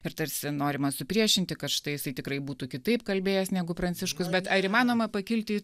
ir tarsi norima supriešinti kad štai jisai tikrai būtų kitaip kalbėjęs negu pranciškus bet ar įmanoma pakilti